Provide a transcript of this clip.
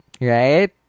Right